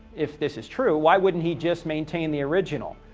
if this is true. why wouldn't he just maintain the original?